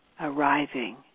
arriving